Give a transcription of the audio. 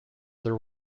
there